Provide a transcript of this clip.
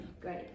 Great